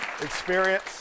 experience